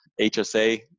HSA